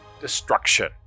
destruction